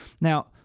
Now